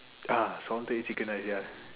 ah salted egg chicken rice ya